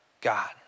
God